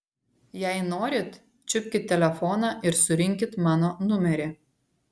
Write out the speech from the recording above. jei norit čiupkit telefoną ir surinkit mano numerį